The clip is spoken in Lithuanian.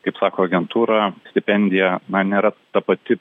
kaip sako agentūra stipendija na nėra ta pati